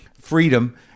freedom